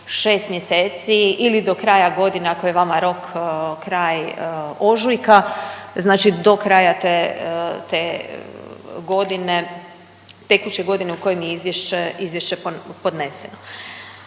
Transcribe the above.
od 6 mjeseci ili do kraja godine ako je vama rok kraj ožujka, znači do kraja te, te godine tekuće godine u kojim je izvješće, izvješće